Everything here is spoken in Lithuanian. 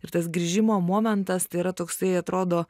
ir tas grįžimo momentas tai yra toksai atrodo